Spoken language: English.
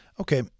Okay